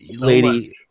Lady